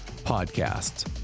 podcasts